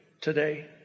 today